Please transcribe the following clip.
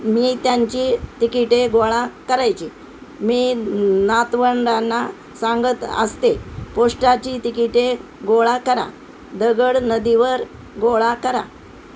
मी त्यांची तिकिटे गोळा करायची मी नातवंडांना सांगत असते पोस्टाची तिकिटे गोळा करा दगड नदीवर गोळा करा